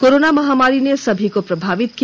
corona महामारी ने सभी को प्रभावित किया